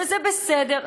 וזה בסדר,